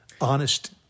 honest